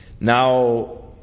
Now